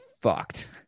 fucked